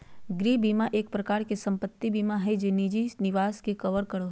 गृह बीमा एक प्रकार से सम्पत्ति बीमा हय जे निजी निवास के कवर करो हय